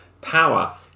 power